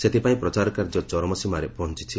ସେଥିପାଇଁ ପ୍ରଚାର କାର୍ଯ୍ୟ ଚରମ ସୀମାରେ ପହଞ୍ଚିଛି